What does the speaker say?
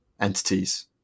entities